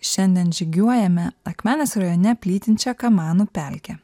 šiandien žygiuojame akmenės rajone plytinčią kamanų pelkę